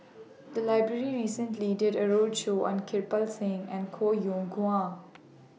The Library recently did A roadshow on Kirpal Singh and Koh Yong Guan